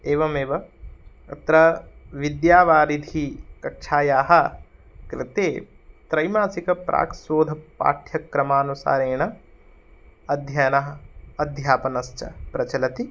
एवमेव तत्र विद्यावारिधिकक्षायाः कृते त्रैमासिकप्राक्शोधपाठ्यक्रमानुसारेण अध्ययनम् अध्यापनं च प्रचलति